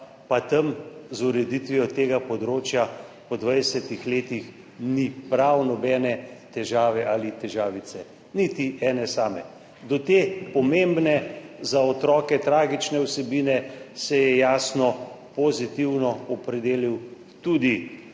pa tam z ureditvijo tega področja po 20 letih ni prav nobene težave ali težavice, niti ene same. Do te pomembne, za otroke tragične vsebine se je jasno pozitivno opredelil tudi